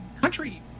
country